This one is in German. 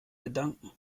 gedanken